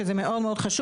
כי זה מאוד מאוד חשוב.